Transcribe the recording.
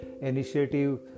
initiative